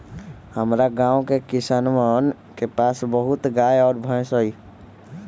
हमरा गाँव के किसानवन के पास बहुत गाय और भैंस हई